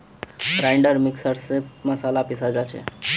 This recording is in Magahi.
ग्राइंडर मिक्सर स मसाला पीसाल जा छे